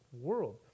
world